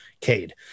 Cade